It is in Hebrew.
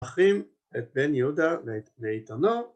‫מחרים את בן יהודה ועיתונו.